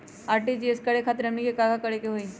RTGS करे खातीर हमनी के का करे के हो ई?